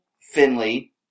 Finley